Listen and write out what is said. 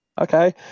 okay